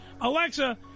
Alexa